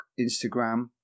Instagram